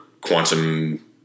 quantum